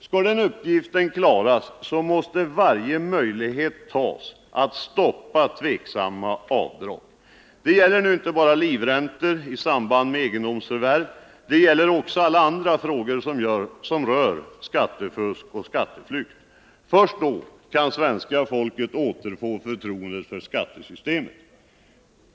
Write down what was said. Skall den uppgiften klaras, måste varje möjlighet tas att stoppa tvivelaktiga avdrag. Det gäller inte bara livräntor i samband med egendomsförvärv, utan det gäller också alla andra frågor som rör skattefusk och skatteflykt. Först då kan svenska folket återfå förtroendet för skattesystemet.